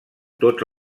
tots